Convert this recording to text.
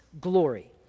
glory